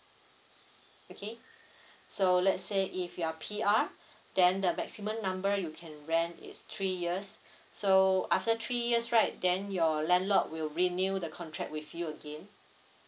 okay so let's say if you're P_R then the maximum number you can rent is three years so after three years right then your landlord will renew the contract with you again